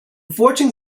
fortune